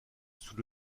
sous